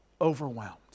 overwhelmed